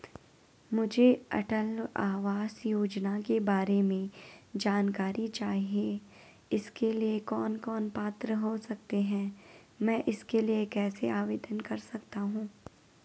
मुझे अटल आवास योजना के बारे में जानकारी चाहिए इसके लिए कौन कौन पात्र हो सकते हैं मैं इसके लिए कैसे आवेदन कर सकता हूँ?